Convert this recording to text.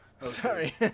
sorry